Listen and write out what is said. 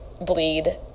bleed